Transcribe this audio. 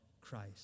Christ